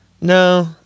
No